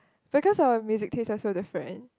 because our music taste are song different